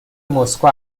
مسکو